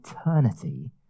eternity